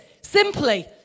simply